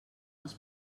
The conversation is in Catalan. els